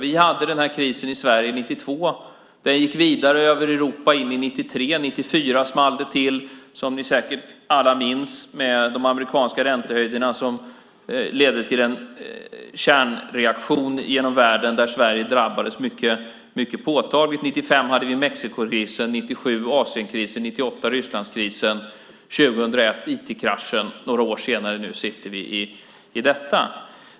Vi hade denna kris i Sverige 1992. Den gick vidare över Europa in i 1993. År 1994 small det till, som ni säkert alla minns, med de amerikanska räntehöjderna som ledde till en kedjereaktion genom världen där Sverige drabbades mycket påtagligt. År 1995 hade vi Mexikokrisen, 1997 Asienkrisen, 1998 Rysslandskrisen, 2001 IT-kraschen och några år senare sitter vi nu i detta.